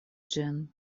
ĝin